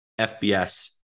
FBS